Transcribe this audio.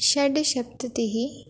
षड्सप्ततिः